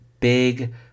big